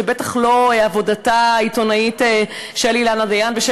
ובטח לא עבודתה העיתונאית של אילנה דיין ושל